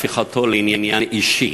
הפיכתו לעניין אישי.